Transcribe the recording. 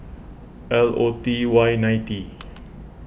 L O T Y ninety